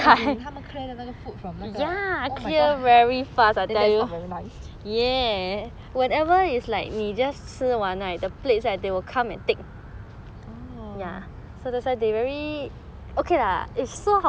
as in 他们 clear the 那个 food from 那个 oh my god very fast then that's not very nice orh